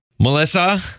Melissa